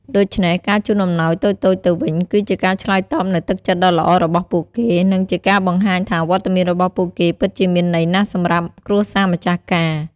ដូច្នេះ ការជូនអំណោយតូចៗទៅវិញ គឺជាការឆ្លើយតបនូវទឹកចិត្តដ៏ល្អរបស់ពួកគេ និងជាការបង្ហាញថាវត្តមានរបស់ពួកគេពិតជាមានន័យណាស់សម្រាប់គ្រួសារម្ចាស់ការ។